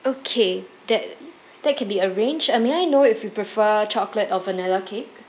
okay that that can be arranged uh may I know if you prefer chocolate or vanilla cake